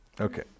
Okay